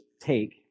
take